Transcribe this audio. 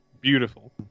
Beautiful